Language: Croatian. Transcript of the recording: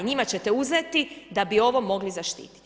Njima ćete uzeti da bi ovo mogli zaštiti.